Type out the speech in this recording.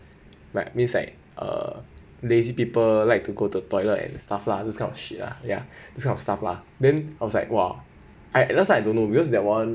like means like uh lazy people like to go to toilet and stuff lah this kind of shit ah ya those kind of stuff lah then I was like !wah! I last time I don't know because that one